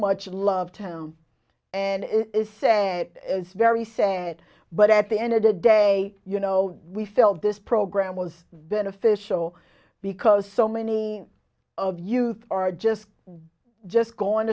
much love town and it is sad very sad but at the end of the day you know we felt this program was beneficial because so many of youth are just just gone